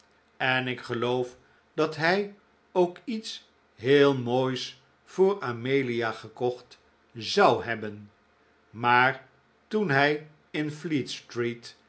en ik geloof dat hij ook iets heel moois voor amelia gekocht zou hebben maar toen hij in